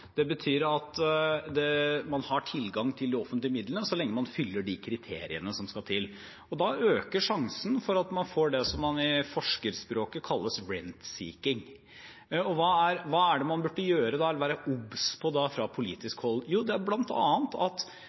Det betyr at man har tilgang til de offentlige midlene så lenge man fyller de kriteriene som skal til. Da øker sjansen for at man får det som man i forskerspråket kaller «rent-seeking». Hva er det man burde gjøre da eller være obs på fra politisk hold? Jo: Man har ikke anbudsdokumenter som sådanne, så hvis man skal styre dette på en måte, må det